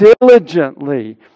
diligently